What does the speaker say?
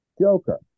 Joker